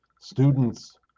students